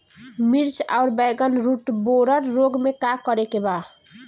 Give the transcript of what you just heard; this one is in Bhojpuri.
मिर्च आउर बैगन रुटबोरर रोग में का करे के बा?